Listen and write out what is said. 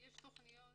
יש תכניות